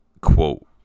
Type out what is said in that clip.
quote